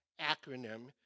acronym